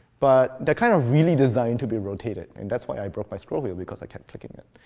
but they're kind of really designed to be rotated. and that's why i broke my scroll wheel, because i kept clicking it.